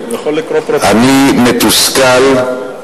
אני מתוסכל,